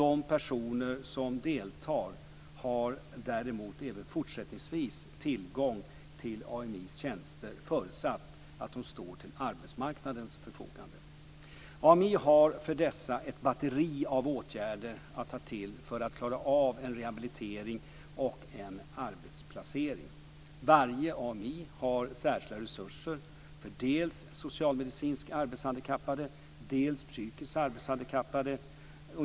De personer som deltar har däremot även fortsättningsvis tillgång till AMI:s tjänster förutsatt att de står till arbetsmarknadens förfogande. AMI har för dessa ett batteri av åtgärder att ta till för att klara av en rehabilitering och en arbetsplacering. Varje AMI har särskilda resurser för dels socialmedicinskt arbetshandikappade, dels psykiskt arbetshandikappade.